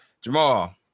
Jamal